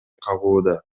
кагууда